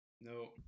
No